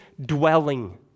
dwelling